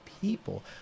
people